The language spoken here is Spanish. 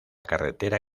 carretera